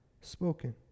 spoken